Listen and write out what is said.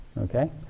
Okay